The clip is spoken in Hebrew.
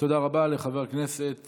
תודה רבה לחבר הכנסת